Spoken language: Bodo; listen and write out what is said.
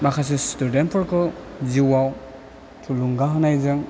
माखासे स्टुदेन्थफोरखौ जिउआव थुलुंगा होनायजों